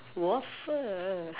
waffle